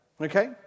Okay